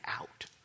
out